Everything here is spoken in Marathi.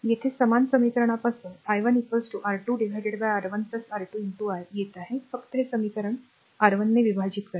येथे समान समीकरण पासून i1 R2 R1 R2 I येत आहे फक्त हे समीकरण R 1 ने विभाजित करा